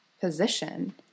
position